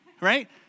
right